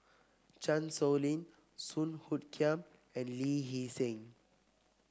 Chan Sow Lin Song Hoot Kiam and Lee Hee Seng